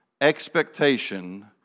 expectation